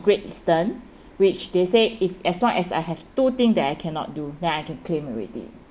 Great Eastern which they say if as long as I have two thing that I cannot do then I can claim already